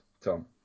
Tom